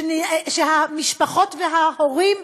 שהמשפחות וההורים,